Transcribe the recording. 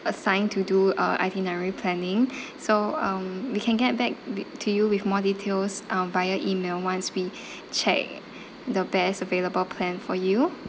assigned to do uh itinerary planning so um we can get back w~ to you with more details um via email once we check the best available plan for you